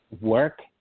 work